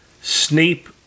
Snape